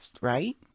right